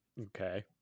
Okay